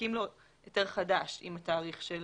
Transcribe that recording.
מנפיקים לו היתר חדש עם התאריך.